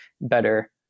better